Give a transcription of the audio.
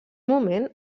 moment